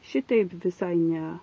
šitaip visai ne